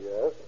Yes